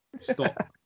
stop